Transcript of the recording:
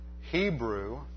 Hebrew